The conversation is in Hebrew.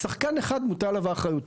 שחקן שמוטלת עליו האחריות.